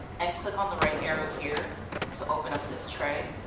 and click on the right arrow here to open up this tray.